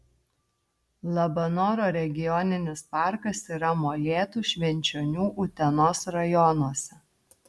labanoro regioninis parkas yra molėtų švenčionių utenos rajonuose